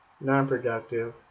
non-productive